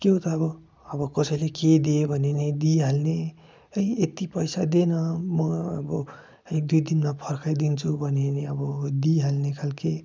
क्याउ त अब अब कसैले कही दे भन्यो भने पनि दिइहाल्ने ए एत्ति पैसा दे न म अब एक दुई दिनमा फर्काइदिन्छु भन्यो भने अब दिइहाल्ने खालको